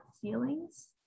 feelings